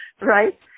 right